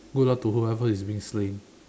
good luck to whoever is being slained